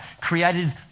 created